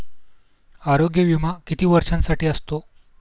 आरोग्य विमा किती वर्षांसाठी असतो?